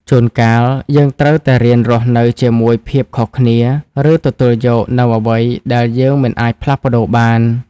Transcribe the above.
ជួនកាល យើងត្រូវតែរៀនរស់នៅជាមួយភាពខុសគ្នា ឬទទួលយកនូវអ្វីដែលយើងមិនអាចផ្លាស់ប្តូរបាន។